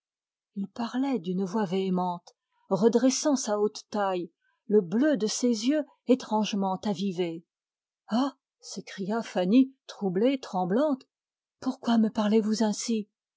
il parlait d'une voix véhémente redressant sa haute taille le bleu de ses yeux étrangement avivé ah s'écria fanny tremblante pourquoi me parlezvous ainsi